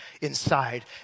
inside